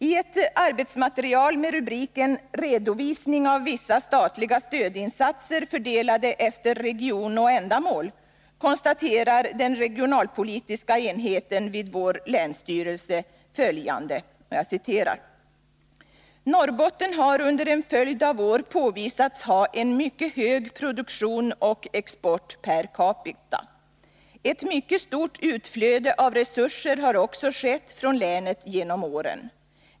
I ett arbetsmaterial med rubriken Redovisning av vissa statliga stödinsatser fördelade efter region och ändamål konstaterar den regionalekonomiska enheten vid vår länsstyrelse följande: ”Norrbotten har under en följd av år påvisats ha en mycket hög produktion och export per capita. Ett mycket stort utflöde av resurser har också skett från länet genom åren.